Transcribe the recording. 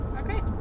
Okay